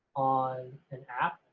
on an app,